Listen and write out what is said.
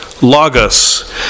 logos